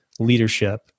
leadership